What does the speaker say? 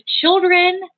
children